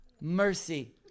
mercy